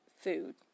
food